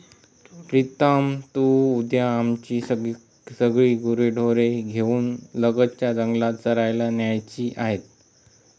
प्रीतम तू उद्या आमची सगळी गुरेढोरे घेऊन लगतच्या जंगलात चरायला न्यायची आहेत